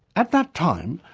at that time,